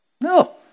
No